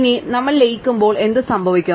ഇനി നമ്മൾ ലയിക്കുമ്പോൾ എന്ത് സംഭവിക്കും